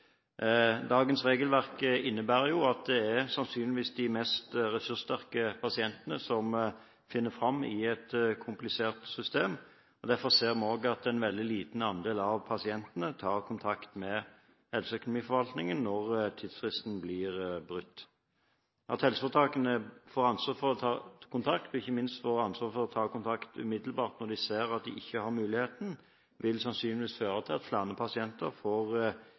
Dagens regelverk innebærer jo at det sannsynligvis er de mest ressurssterke pasientene som finner fram i et komplisert system. Derfor ser vi også at en veldig liten andel av pasientene tar kontakt med helseøkonomiforvaltningen når tidsfristen blir brutt. At helseforetakene får ansvar for å ta kontakt – ikke minst at de får ansvar for å ta kontakt umiddelbart – når de ser at de ikke har muligheten, vil sannsynligvis føre til at flere pasienter får